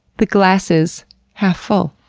the glasses half full.